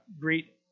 Greet